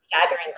staggering